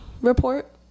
report